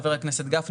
חבר הכנסת גפני,